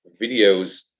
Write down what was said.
videos